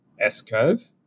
S-curve